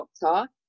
doctor